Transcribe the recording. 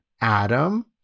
adam